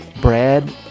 Brad